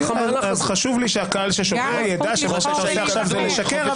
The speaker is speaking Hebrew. חשוב לי שהקהל ששומע ידע שמה שאתה עושה עכשיו זה לשקר,